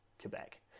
Quebec